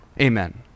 Amen